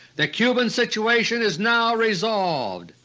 the cuban situation is now resolved,